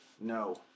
No